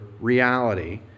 reality